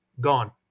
gone